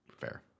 Fair